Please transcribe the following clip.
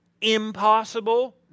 impossible